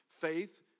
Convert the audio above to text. Faith